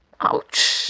Ouch